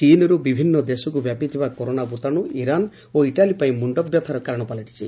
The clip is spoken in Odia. ଚୀନରୁ ବିଭିନ୍ନ ଦେଶକୁ ବ୍ୟାପିଥିବା କରୋନ ଭ୍ରତାଶୁ ଇରାନ ଓ ଇଟାଲୀ ପାଇଁ ମୁଣ୍ଡବ୍ୟଥାର କାରଣ ପାଲଟିଛି